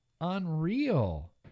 Unreal